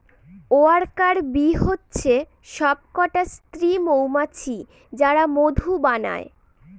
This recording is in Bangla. ওয়ার্কার বী হচ্ছে সবকটা স্ত্রী মৌমাছি যারা মধু বানায়